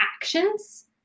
actions